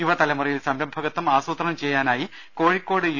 യുവതലമുറയിൽ സംരംഭകത്വം ആസൂത്രണം ചെയ്യുവാനായി കോഴിക്കോട് യു